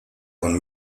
con